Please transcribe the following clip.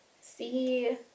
See